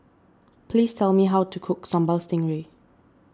please tell me how to cook Sambal Stingray